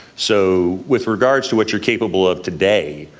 so with regards to what you're capable of today,